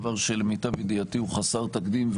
דבר שלמיטב ידיעתי הוא חסר תקדים,